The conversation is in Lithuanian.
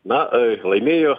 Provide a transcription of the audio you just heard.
na laimėjo